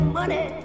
money